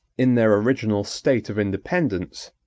in their original state of independence,